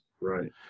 Right